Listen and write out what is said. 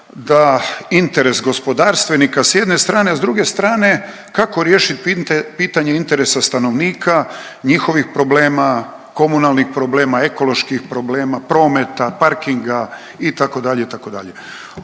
da interes gospodarstvenika s jedne strane, a s druge strane kako riješit pitanje interesa stanovnika, njihovih problema, komunalnih problema, ekoloških problema, prometa, parkinga itd.,